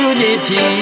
Unity